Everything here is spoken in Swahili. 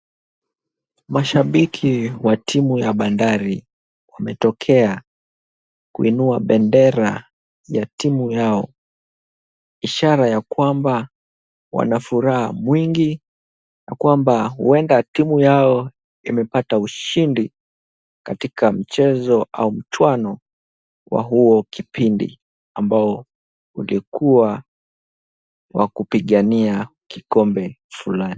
Mashabiki wa timu ya Bandari wametokea kuinua bendera ya timu yao ishara ya kwamba wana furaha mwingi na kwamba huenda timu yao imepata ushindi katika mchezo au mchuano kwa huo kipindi ambao ungekuwa wa kupigania kombe fulani.